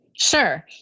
Sure